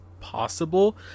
possible